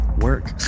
work